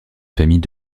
famille